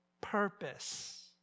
purpose